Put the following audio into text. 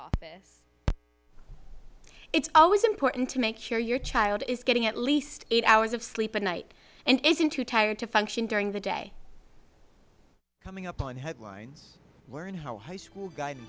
a it's always important to make sure your child is getting at least eight hours of sleep at night and isn't too tired to function during the day coming up on headlines where and how high school guidance